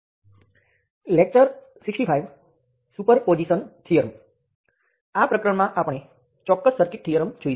આપણે અગાઉ superposition theorem અને સબસ્ટીટ્યૂશન થિયર્મને જોયા